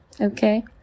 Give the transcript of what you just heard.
Okay